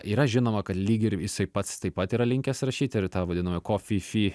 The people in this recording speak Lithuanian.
yra žinoma kad lyg ir jisai pats taip pat yra linkęs rašyti ir ta vadinama kofifi